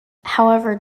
however